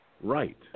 right